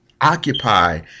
occupy